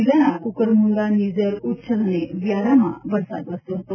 જિલ્લાના કુકરમુંડા નિઝર ઉચ્છલ અને વ્યારામાં વરસાદ વરસ્યો હતો